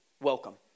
Welcome